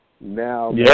now